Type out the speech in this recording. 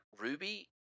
Ruby